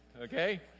okay